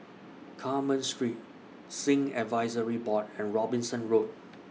Carmen Street Sikh Advisory Board and Robinson Road